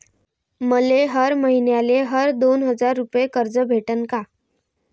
मले हर मईन्याले हर दोन हजार रुपये कर्ज भेटन का?